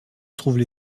trouvent